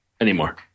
anymore